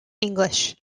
english